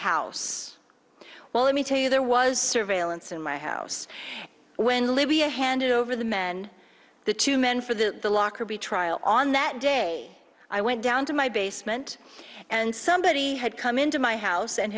house well let me tell you there was surveillance in my house when libya handed over the men the two men for the lockerbie trial on that day i went down to my basement and somebody had come into my house and